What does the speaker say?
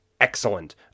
excellent